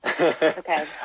okay